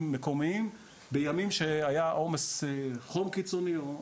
מקומיים בימים שהיה עומס חום קיצוני או,